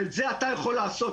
ואת זה אתה יכול לעשות.